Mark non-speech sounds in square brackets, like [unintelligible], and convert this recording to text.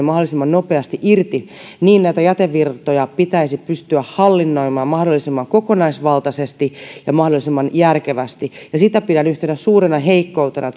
[unintelligible] mahdollisimman nopeasti irti niin näitä jätevirtoja pitäisi pystyä hallinnoimaan mahdollisimman kokonaisvaltaisesti ja mahdollisimman järkevästi sitä pidän yhtenä suurena heikkoutena [unintelligible]